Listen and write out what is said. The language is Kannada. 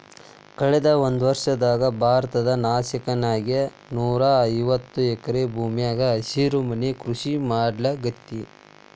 ಕಳದ ಒಂದ್ವರ್ಷದಾಗ ಭಾರತದ ನಾಸಿಕ್ ನ್ಯಾಗ ನೂರಾಐವತ್ತ ಎಕರೆ ಭೂಮ್ಯಾಗ ಹಸಿರುಮನಿ ಕೃಷಿ ಮಾಡ್ಲಾಗೇತಿ